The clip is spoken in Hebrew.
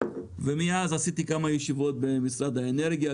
ומאז עשיתי כמה ישיבות במשרד האנרגיה,